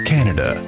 Canada